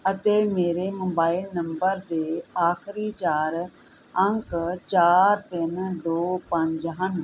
ਅਤੇ ਮੇਰੇ mobile number ਦੇ ਆਖਰੀ ਚਾਰ ਅੰਕ ਚਾਰ ਤਿੰਨ ਦੋ ਪੰਜ ਹਨ